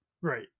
Right